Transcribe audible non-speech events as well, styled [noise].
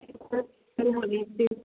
[unintelligible]